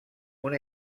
una